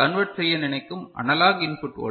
convert செய்ய நினைக்கும் analog input voltage 1